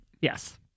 Yes